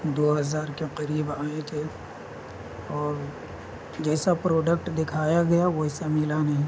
دو ہزار کے قریب آئے تھے اور جیسا پروڈکٹ دکھایا گیا ویسا ملا نہیں